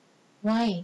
why